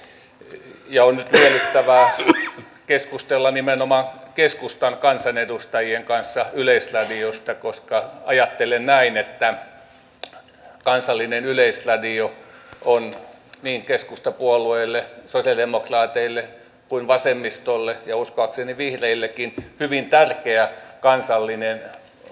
ja on miellyttävää keskustella nimenomaan keskustan kansanedustajien kanssa yleisradiosta koska ajattelen näin että kansallinen yleisradio on niin keskustapuolueelle sosialidemokraateille kuin vasemmistolle ja uskoakseni vihreillekin hyvin tärkeä kansallinen kulttuuriväline